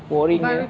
boring